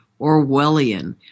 orwellian